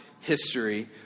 history